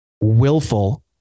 willful